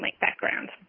background